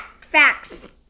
FACTS